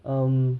um